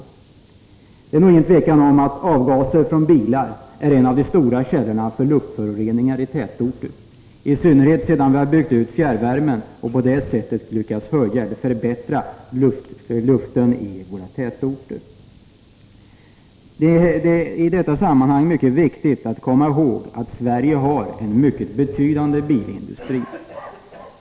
Det är nog inget tvivel om att avgaser från bil ir en av de stora källorna för luftföroreningar i tätorter, i synnerhet sedan vi har byggt ut fjärrvärmen i Sverige, och därigenom lyckats förbättra luften i våra tätorter. Det är i detta sammanhang mycket viktigt att komma ihåg att Sverige har en mycket betydande bilindustri.